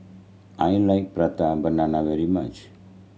I like Prata Banana very much